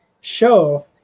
show